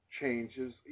changes